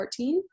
2014